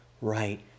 right